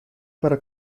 para